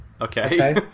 Okay